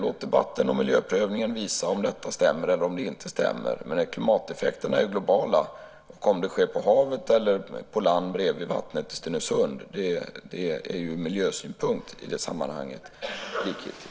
Låt debatten och miljöprövningen visa om detta stämmer eller inte stämmer. Men klimateffekterna är globala, om utsläppen sker på havet eller på land bredvid vattnet i Stenungsund är ur miljösynpunkt i det sammanhanget likgiltigt.